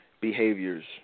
behaviors